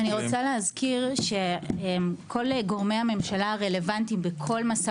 אני רוצה להזכיר שכל גורמי הממשלה הרלוונטיים בכל משא